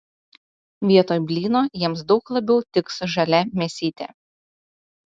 vietoj blyno jiems daug labiau tiks žalia mėsytė